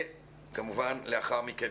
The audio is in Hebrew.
וכמובן לאחר מכן,